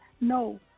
No